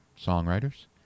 songwriters